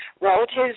relatives